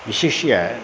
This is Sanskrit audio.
विशिष्यम्